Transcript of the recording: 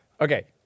Okay